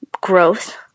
growth